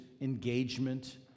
engagement